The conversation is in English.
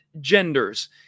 genders